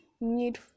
need